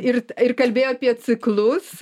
ir ir kalbėjo apie ciklus